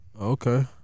Okay